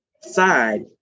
side